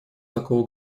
такого